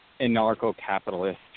anarcho-capitalist